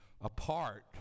apart